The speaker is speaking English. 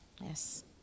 Yes